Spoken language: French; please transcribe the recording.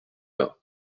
bains